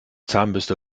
zahnbürste